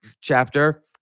chapter